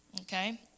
Okay